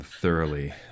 thoroughly